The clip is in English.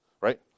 Right